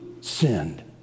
sinned